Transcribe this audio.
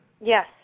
Yes